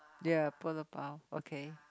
ya polo bao okay